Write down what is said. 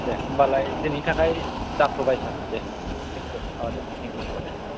दे होनबालाय दोनैनि थाखाय जाथबाय सार दे थेंकिउ औ दे थेंकिउ औ दे